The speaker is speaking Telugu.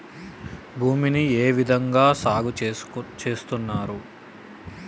భూమిని ఏ విధంగా సాగు చేస్తున్నారు?